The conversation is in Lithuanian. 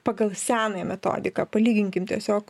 pagal senąją metodiką palyginkim tiesiog